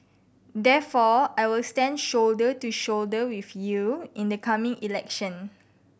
therefore I will stand shoulder to shoulder with you in the coming election